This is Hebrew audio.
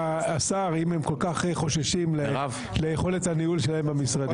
יהיה השר אם הם כל כך חוששים ליכולת הניהול שלהם במשרדים.